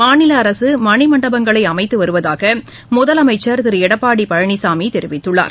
மாநில அரசு மணிமண்டபங்களை அமைத்து வருவதாக முதலமைச்ச் திரு எடப்பாடி பழனிசாமி தெரிவித்குள்ளார்